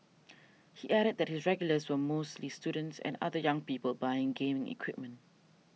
he added that his regulars were mostly students and other young people buying gaming equipment